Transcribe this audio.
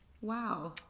Wow